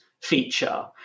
feature